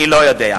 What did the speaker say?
אני לא יודע.